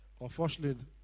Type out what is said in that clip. Unfortunately